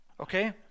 okay